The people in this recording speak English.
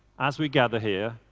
as we gather here,